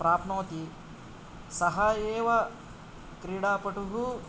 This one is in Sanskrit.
प्राप्नोति सः एव क्रीडा पटुः